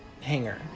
hanger